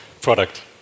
Product